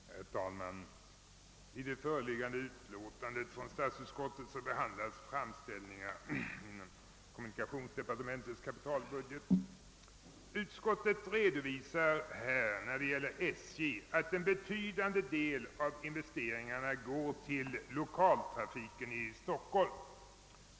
Herr talman! I det föreliggande utlåtandet från statsutskottet behandlas framställningar rörande kommunikationsdepartementets kapitalbudget. Utskottet redovisar här när det gäller SJ att en betydande del av investeringarna går till lokaltrafiken till Stockholm.